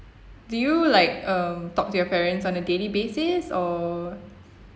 do you like um talk to your parents on a daily basis or